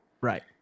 Right